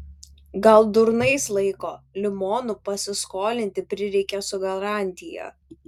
gal durnais laiko limonų pasiskolinti prireikė su garantija